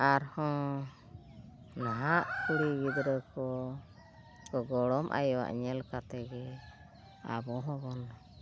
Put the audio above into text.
ᱟᱨᱦᱚᱸ ᱱᱟᱦᱟᱜ ᱠᱩᱲᱤ ᱜᱤᱫᱽᱨᱟᱹ ᱠᱚᱠᱚ ᱜᱚᱲᱚᱢ ᱟᱭᱳᱣᱟᱜ ᱧᱮᱞ ᱠᱟᱛᱮᱜᱮ ᱟᱵᱚ ᱦᱚᱸᱵᱚᱱ